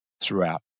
throughout